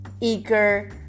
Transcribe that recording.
eager